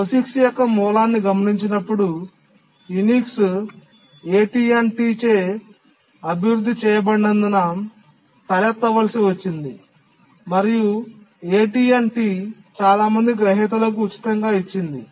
POSIX యొక్క మూలాన్ని గమనించినప్పుడు యునిక్స్ AT T చే అభివృద్ధి చేయబడినందున తలెత్తవలసి వచ్చింది మరియు AT T చాలా మంది గ్రహీతలకు ఉచితంగా ఇచ్చింది